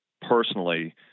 personally